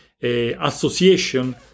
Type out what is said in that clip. association